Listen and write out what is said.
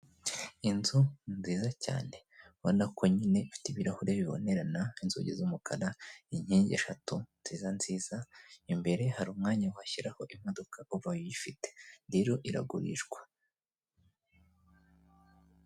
Inzu nziza cyane mbona ko nyine ifite ibirahure bibonerana, inzugi z'umukara, inkingi eshatu nziza nziza, imbere hari umwanya washyiraho imodoka ubaye uyifite, rero iragurishwa.